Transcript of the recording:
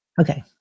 Okay